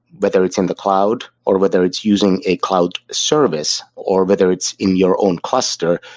whether it's in the cloud, or whether it's using a cloud service, or whether it's in your own cluster.